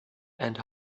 and